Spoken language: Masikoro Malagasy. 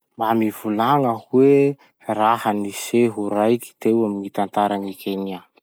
Mba mivolagna hoe raha-niseho raiky teo amy gny tantaran'i Kenya?